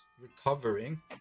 recovering